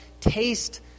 taste